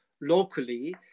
locally